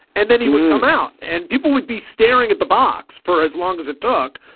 and then he would come out and people would be staring at the box for as long as it took.